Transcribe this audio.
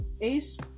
Ace